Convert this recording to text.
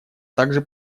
также